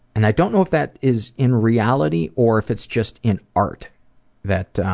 and i don't know if that is in reality or if it's just in art that,